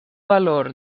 valor